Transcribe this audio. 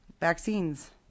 vaccines